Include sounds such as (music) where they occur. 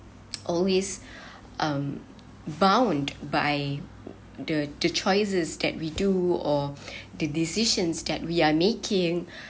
always (breath) um bound by the the choices that we do or (breath) the decisions that we are making (breath)